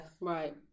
right